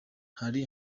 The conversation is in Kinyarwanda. hari